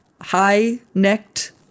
high-necked